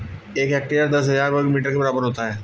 एक हेक्टेयर दस हजार वर्ग मीटर के बराबर होता है